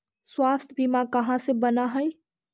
स्वास्थ्य बीमा कहा से बना है?